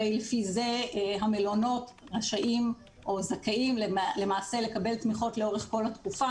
הרי לפי זה המלונות רשאים או זכאים למעשה לקבל תמיכות לאורך כל התקופה.